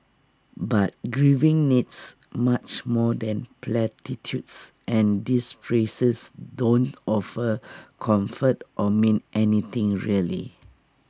but grieving needs much more than platitudes and these phrases don't offer comfort or mean anything really